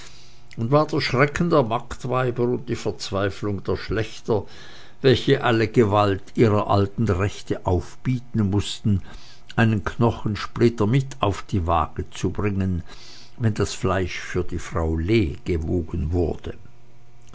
und war der schrecken der marktweiber und die verzweiflung der schlächter welche alle gewalt ihrer alten rechte aufbieten mußten einen knochensplitter mit auf die waage zu bringen wenn das fleisch für die frau lee gewogen wurde